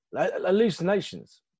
Hallucinations